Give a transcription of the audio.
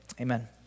amen